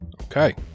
Okay